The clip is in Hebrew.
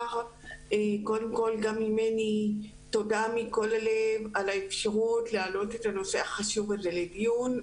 גם ממני תודה מכל הלב על האפשרות להעלות את הנושא החשוב הזה לדיון,